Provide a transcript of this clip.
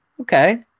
okay